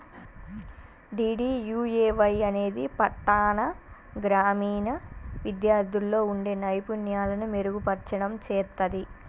DDUAY అనేది పట్టాణ, గ్రామీణ విద్యార్థుల్లో వుండే నైపుణ్యాలను మెరుగుపర్చడం చేత్తది